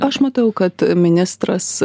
aš matau kad ministras